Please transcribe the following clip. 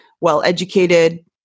well-educated